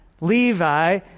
Levi